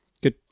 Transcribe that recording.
good